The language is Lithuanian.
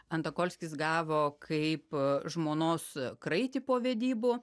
antokolskis gavo kaip žmonos kraitį po vedybų